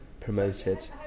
promoted